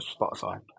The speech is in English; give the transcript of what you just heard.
Spotify